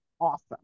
awesome